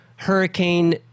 Hurricane